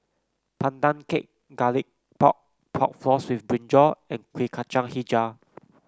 Pandan Cake Garlic Pork Pork Floss with brinjal and Kueh Kacang hijau